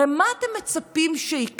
הרי מה אתם מצפים שיקרה?